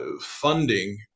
funding